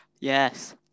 Yes